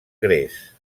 gres